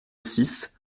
six